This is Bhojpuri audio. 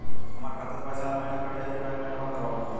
हमार खाता से पैसा हर महीना कट जायी की बैंक मे जमा करवाए के होई?